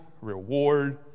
reward